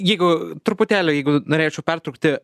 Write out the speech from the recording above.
jeigu truputėlį jeigu norėčiau pertraukti